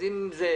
אז אם זה,